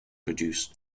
produced